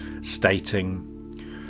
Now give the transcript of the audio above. stating